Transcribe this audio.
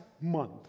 month